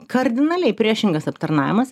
kardinaliai priešingas aptarnavimas